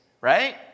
right